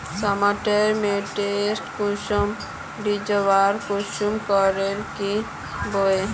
Smart मीटरेर कुंसम recharge कुंसम करे का बो?